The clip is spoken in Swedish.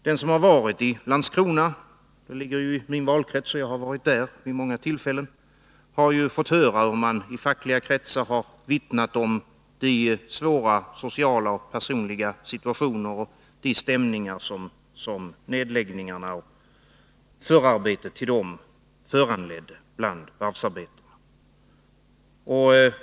Den som har varit i Landskrona — det ligger ju i min valkrets, varför jag har varit där vid många tillfällen — har ju fått höra hur man i fackliga kretsar vittnat om de svåra sociala och personliga situationer och de stämningar som nedläggningarna, och förarbetet till dessa, föranledde bland varvsarbetarna.